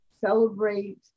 celebrate